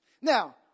Now